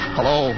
Hello